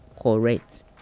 correct